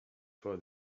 for